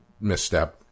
misstep